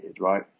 right